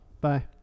Bye